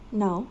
now